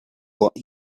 what